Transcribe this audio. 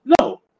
No